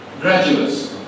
graduates